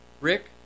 Rick